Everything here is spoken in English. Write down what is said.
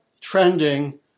trending